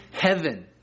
heaven